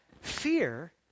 fear